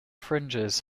fringes